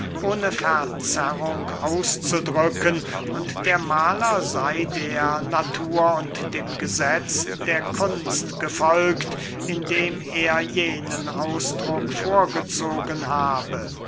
ohne verzerrung auszudrücken und der mahler sey der natur und dem gesetz der kunst gefolgt indem er jenen ausdruck vorgezogen habe